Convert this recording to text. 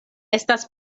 estas